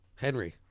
Henry